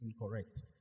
incorrect